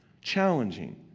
challenging